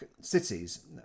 cities